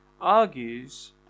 argues